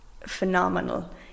phenomenal